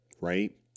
right